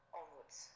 onwards